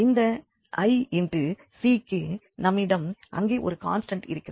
இந்த ic க்கு நம்மிடம் அங்கே ஒரு கான்ஸ்டண்ட் இருக்கிறது